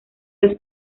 los